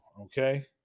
Okay